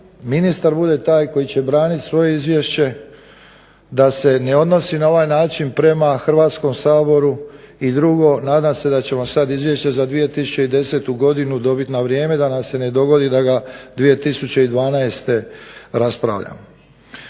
ministar bude taj koji će braniti svoje izvješće da se ne odnosi na ovaj način prema Hrvatskom saboru i drugo, nadam se da ćemo sada izvješće za 2010. godinu dobiti na vrijeme da nam se ne dogodi da ga 2012. raspravljamo.